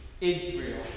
Israel